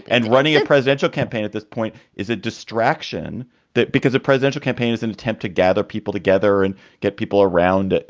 and running a presidential campaign at this point is a distraction that because a presidential campaign is an attempt to gather people together and get people around,